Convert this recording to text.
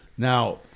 Now